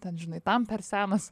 ten žinai tam per senas